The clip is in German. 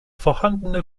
vorhandene